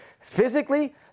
physically